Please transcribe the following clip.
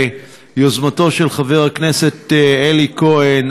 ביוזמת חברי הכנסת אלי כהן,